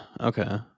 okay